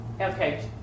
Okay